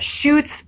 shoots